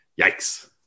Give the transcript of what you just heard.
yikes